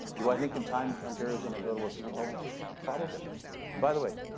do i think in time ontario is going to go to a pure public system? probably and by the way,